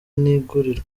ntigurirwa